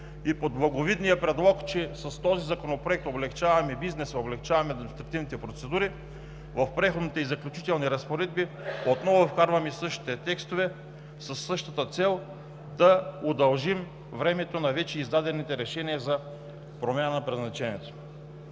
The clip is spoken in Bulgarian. и под благовидния предлог, че с този законопроект облекчаваме бизнеса, облекчаваме административните процедури в „Преходни и заключителни разпоредби“ отново вкарваме същите текстове, със същата цел – да удължим времето на вече издадените решения за промяна на предназначението.